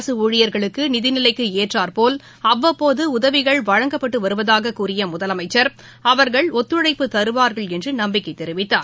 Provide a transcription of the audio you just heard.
அரசுஊழியர்களுக்குநிதிநிலைக்குஏற்றார்போல் அவ்வப்போதஉதவிகள் வழங்கப்பட்டுவருவதாககூறியமுதலமைச்சர் அவர்கள் ஒத்துழைப்பு தருவார்கள் என்றுநம்பிக்கைதெரிவித்தார்